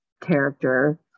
character